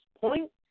point